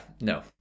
no